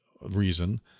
reason